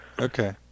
Okay